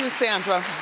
sandra.